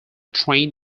train